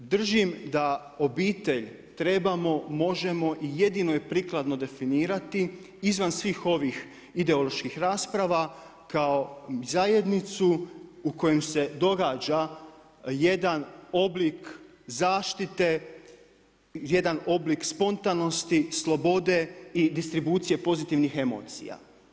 Držim da obitelj, trebamo, možemo i jedino je prikladno definirati, izvan svih ovih ideoloških rasprava kao zajednicu u kojem se događa jedan oblik zaštite, jedan oblik spontanosti, slobode i distribucije pozitivnih emocija.